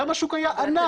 שם השוק היה ענק.